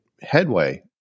headway